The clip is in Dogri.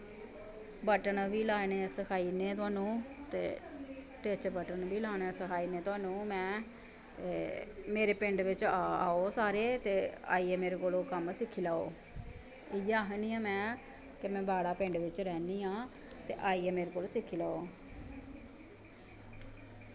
बटन बी लाने सखाई ओने थाह्नूं ते टिच बटन बी लाना सकाई ओने थाह्नूं में ते मेरे पिंड बिच आओ सारे ते आइयै मेरे कोल कम्म सिक्खी लैओ इ'यै आखनी आं में कि में बाड़ा पिंड बिच रैह्नी आं ते आइयै मेरे कोल सिक्खी लैओ